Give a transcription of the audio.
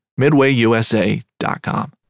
MidwayUSA.com